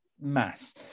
mass